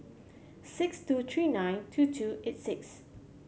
six two three nine two two eight six